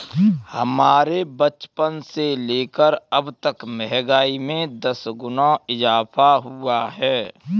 हमारे बचपन से लेकर अबतक महंगाई में दस गुना इजाफा हुआ है